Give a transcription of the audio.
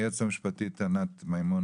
היועצת המשפטית ענת מימון,